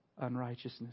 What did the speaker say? unrighteousness